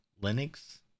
linux